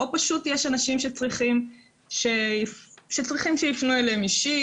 או פשוט אנשים שצריכים שיפנו אליהם אישית,